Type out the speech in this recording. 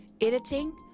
Editing